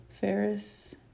Ferris